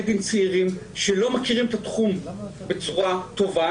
דין צעירים שלא מכירים את התחום בצורה טובה.